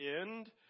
end